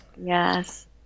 yes